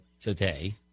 today